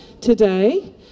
today